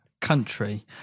Country